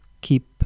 keep